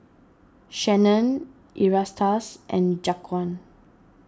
Shanon Erastus and Jaquan